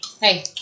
Hey